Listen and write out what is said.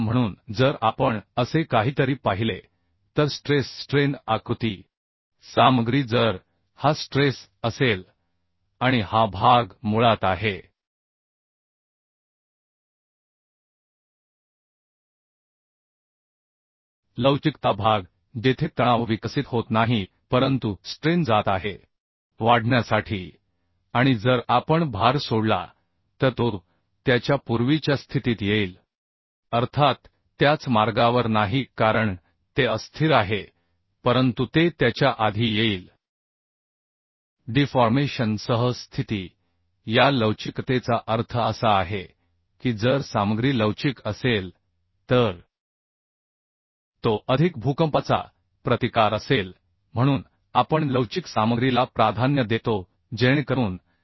म्हणून जर आपण स्ट्रेस स्ट्रेन आकृती असे काहीतरी पाहिले तर सामग्री जर हा स्ट्रेस असेल आणि हा भाग मुळात आहे डक्टीलिटी भाग जेथे तणाव विकसित होत नाही परंतु स्ट्रेन जात आहे वाढण्यासाठी आणि जर आपण भार सोडला तर तो त्याच्या पूर्वीच्या स्थितीत येईल या डक्टीलिटीचा अर्थ असा आहे की जर सामग्री लवचिक असेल तर तो अधिक भूकंपाचा प्रतिकार असेल म्हणून आपण लवचिक सामग्रीला प्राधान्य देतो जेणेकरून डिफॉर्मेशन कुथल्याही लॉस शिवाय निर्माण होतील